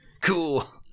cool